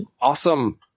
Awesome